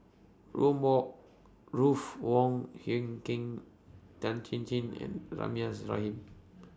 Ruth Wong Hie King Tan Chin Chin and Rahimah Rahim